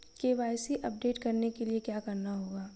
KYC update करने के लिए क्या करना होगा?